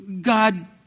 God